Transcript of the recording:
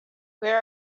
where